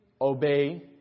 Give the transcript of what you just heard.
obey